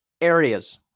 areas